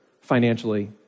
financially